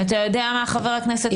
ואתה יודע מה, חבר הכנסת פינדרוס?